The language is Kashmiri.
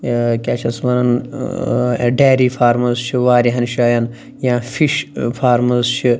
ٲں کیٛاہ چھِ اَتھ وَنان ٲں ڈیری فارمٕز چھِ واریاہَن جٲیَن یا فِش ٲں فارمٕز چھِ